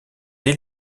des